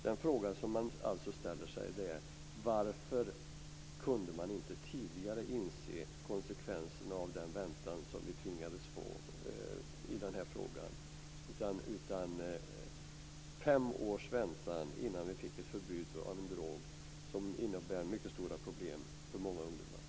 Den fråga som man ställer sig är: Varför kunde man inte tidigare inse konsekvenserna av den väntan vi tvingades till i den här frågan? Det blev fem års väntan innan vi fick ett förbud mot en drog som innebär mycket stora problem för många ungdomar.